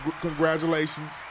congratulations